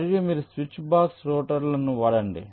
మరియు మీరు switch box రౌటర్లను వాడండి